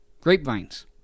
grapevines